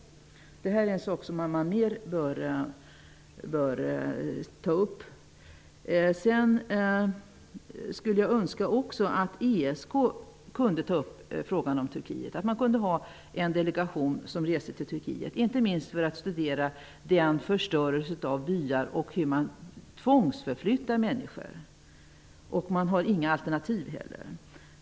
Det är en sak som man bör ta upp mer. Jag skulle också önska att ESK kunde ta upp frågan om Turkiet och att en delegation reste till Turkiet, inte minst för att studera förstörelsen av byar och hur man tvångsförflyttar människor. Dessa människor har inga alternativ.